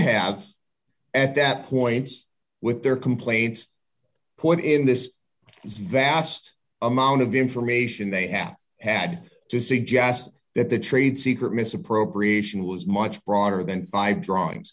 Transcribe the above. have at that point with their complaints put in this vast amount of information they have had to suggest that the trade secret misappropriation was much broader than five drawings